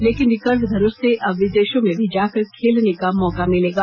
लेकिन रिकर्व धनुष से अब विदेशों में भी जाकर खेलने का मौका मिलेगा